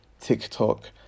TikTok